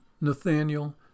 Nathaniel